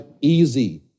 easy